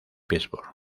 pittsburgh